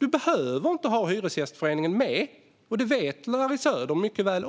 Man behöver inte ha hyresgästföreningen med, och det vet Larry Söder mycket väl.